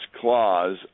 Clause